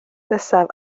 nesaf